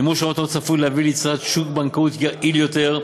מימוש המטרות צפוי להביא ליצירת שוק בנקאות יעיל יותר,